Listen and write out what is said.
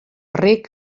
rec